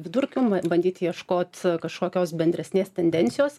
vidurkių bandyt ieškot kažkokios bendresnės tendencijos